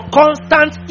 constant